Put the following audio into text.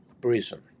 Prison